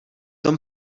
tom